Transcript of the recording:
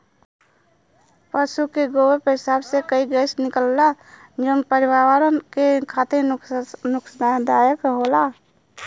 पसु के गोबर पेसाब से कई गैस निकलला जौन पर्यावरण के खातिर नुकसानदायक होला